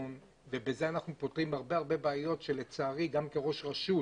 ובזה אנחנו פותרים הרבה בעיות שלצערי גם כראש העיר